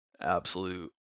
absolute